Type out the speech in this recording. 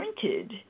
printed